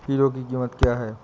Hero की कीमत क्या है?